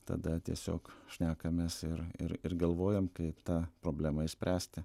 tada tiesiog šnekamės ir ir ir galvojam kaip tą problemą išspręsti